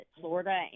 Florida